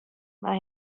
mar